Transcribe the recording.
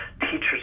teachers